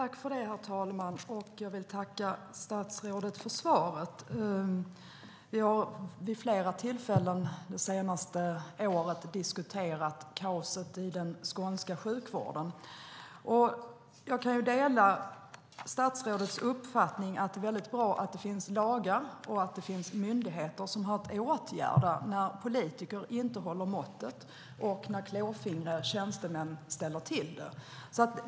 Herr talman! Jag vill tacka statsrådet för svaret. Vi har vid flera tillfällen det senaste året diskuterat kaoset i den skånska sjukvården. Jag delar statsrådets uppfattning att det är mycket bra att det finns lagar och myndigheter som har att åtgärda när politiker inte håller måttet och när klåfingriga tjänstemän ställer till det.